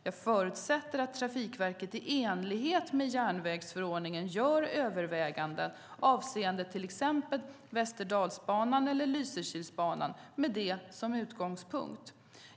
Jag förutsätter att Trafikverket i enlighet med järnvägsförordningen gör överväganden avseende till exempel Västerdalsbanan eller Lysekilsbanan med det som utgångspunkt.